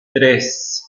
tres